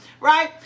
right